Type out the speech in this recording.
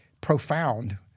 profound